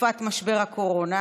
בתקופת משבר הקורונה,